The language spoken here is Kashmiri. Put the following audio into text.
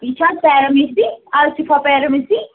یہِ چھ حظ پیرامیسی الشفا پیرامیسی